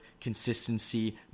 consistency